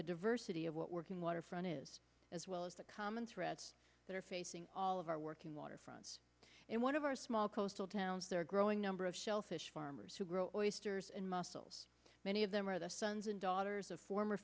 the diversity of what working waterfront is as well as the common threats that are facing all of our working waterfronts and one of our small coastal towns there are a growing number of shellfish farmers who grow easters and mussels many of them are the sons and daughters of former